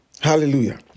Hallelujah